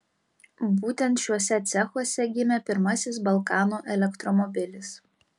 būtent šiuose cechuose gimė pirmasis balkanų elektromobilis